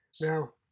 Now